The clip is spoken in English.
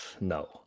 no